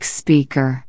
speaker